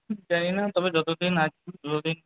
জানি না তবে যতদিন আছি যতদিন